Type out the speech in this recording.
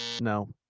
No